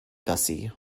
gussie